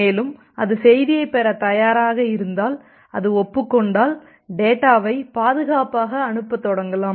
மேலும் அது செய்தியைப் பெற தயாராக இருந்தால் அது ஒப்புக் கொண்டால் டேட்டாவைப் பாதுகாப்பாக அனுப்பத் தொடங்கலாம்